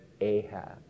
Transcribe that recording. Ahab